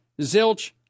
zilch